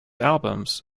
albums